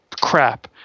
crap